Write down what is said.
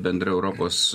bendra europos